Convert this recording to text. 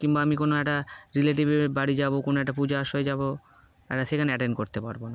কিংবা আমি কোনো একটা রিলেটিভের বাড়ি যাবো কোনো একটা পুজোর আশায় যাবো আর সেখানে অ্যাটেন্ড করতে পারবো না